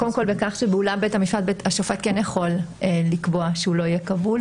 קודם כול בכך שבאולם בית המשפט השופט כן יכול לקבוע שהוא לא יהיה כבול,